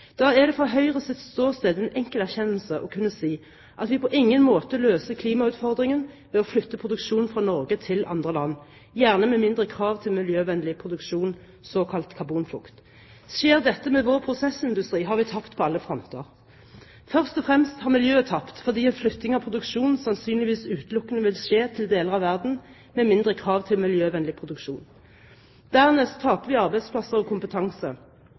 Da er det fra Høyres ståsted en enkel erkjennelse å kunne si at vi på ingen måte løser klimautfordringen ved å flytte produksjon fra Norge til andre land, gjerne land med mindre krav til miljøvennlig produksjon, såkalt karbonflukt. Skjer dette med vår prosessindustri, har vi tapt på alle fronter. Først og fremst har miljøet tapt fordi en flytting av produksjonen sannsynligvis utelukkende vil skje til deler av verden med mindre krav til miljøvennlig produksjon. Dernest taper vi arbeidsplasser og kompetanse.